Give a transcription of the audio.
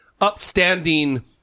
upstanding